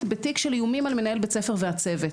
בתיק של איומים על מנהל בית ספר והצוות.